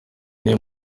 niyo